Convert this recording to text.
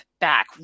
back